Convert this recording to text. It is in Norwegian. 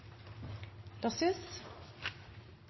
da